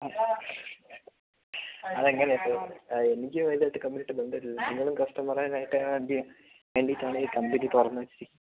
അതെങ്ങനാണ് ഇപ്പോൾ എനിക്ക് വലുതായിട്ട് കമ്പനി ആയിട്ട് ബന്ധം ഇല്ലലോ നിങ്ങളും കസ്റ്റമറനായിട്ട് അല്ലിയോ മിണ്ടിട്ടാണ് കമ്പനി തുറന്ന് വെച്ചേക്കുന്നതു